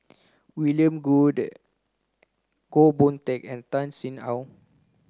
William Goode Goh Boon Teck and Tan Sin Aun